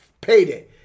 payday